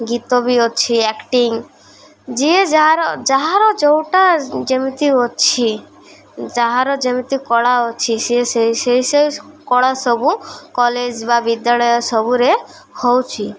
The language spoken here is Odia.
ଗୀତ ବି ଅଛି ଆକ୍ଟିଂ ଯିଏ ଯାହାର ଯାହାର ଯେଉଁଟା ଯେମିତି ଅଛି ଯାହାର ଯେମିତି କଳା ଅଛି ସିଏ ସେଇ ସେଇ ସେଇ କଳା ସବୁ କଲେଜ ବା ବିଦ୍ୟାଳୟ ସବୁରେ ହେଉଛିି